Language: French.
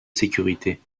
sécurités